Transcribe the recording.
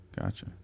Gotcha